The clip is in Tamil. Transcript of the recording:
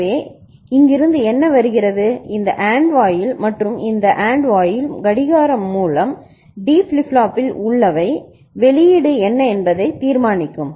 எனவே இங்கிருந்து என்ன வருகிறது இந்த AND வாயில் மற்றும் இந்த AND வாயில் கடிகாரம் மூலம் மற்றும் D ஃபிளிப் ஃப்ளாப்பில் உள்ளவை வெளியீடு என்ன என்பதை தீர்மானிக்கும்